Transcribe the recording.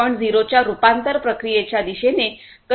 0 च्या रूपांतर प्रक्रियेच्या दिशेने कशी वापरता येऊ शकते